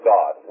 God